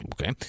okay